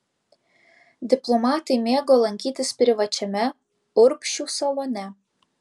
diplomatai mėgo lankytis privačiame urbšių salone